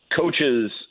Coaches